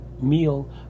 meal